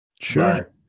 Sure